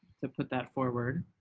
to put that forward.